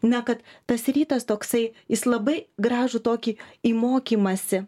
na kad tas rytas toksai jis labai gražų tokį į mokymąsi